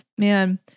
Man